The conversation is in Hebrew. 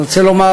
אני רוצה לומר,